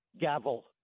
gavel